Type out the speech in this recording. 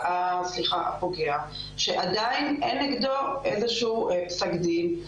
הפוגע שעדיין אין נגדו איזה שהוא פסק דין.